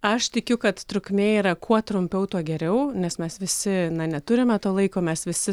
aš tikiu kad trukmė yra kuo trumpiau tuo geriau nes mes visi neturime to laiko mes visi